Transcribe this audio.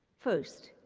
first,